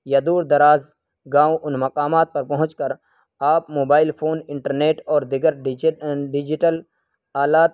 یا دور دراز گاؤں ان مقامات پر پہنچ کر آپ موبائل فون انٹرنیٹ اور دیگر ڈیجیٹل آلات